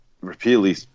repeatedly